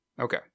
Okay